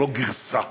לא גרסה.